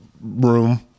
room